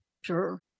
Sure